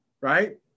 right